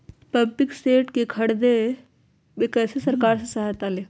Pumping set के ख़रीदे मे कैसे सरकार से सहायता ले?